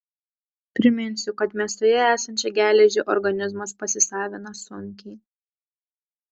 priminsiu kad mėsoje esančią geležį organizmas pasisavina sunkiai